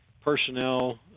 personnel